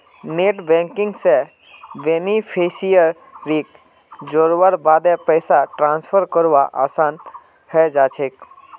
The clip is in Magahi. नेट बैंकिंग स बेनिफिशियरीक जोड़वार बादे पैसा ट्रांसफर करवा असान है जाछेक